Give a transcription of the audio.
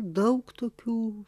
daug tokių